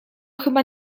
chyba